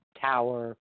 tower